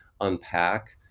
unpack